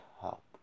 help